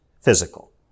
physical